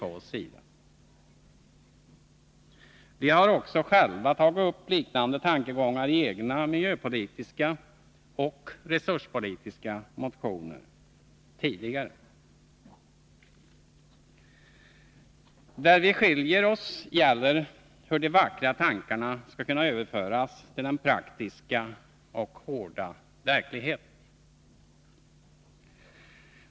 Vi Onsdagen den har tidigare själva tagit upp liknande tankegångar i egna miljöpolitiska och 10 november 1982 resurspolitiska motioner. Det som skiljer oss gäller hur de vackra tankarna skall kunna överföras till den praktiska och hårda verkligheten.